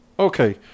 Okay